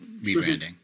rebranding